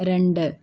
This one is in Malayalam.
രണ്ട്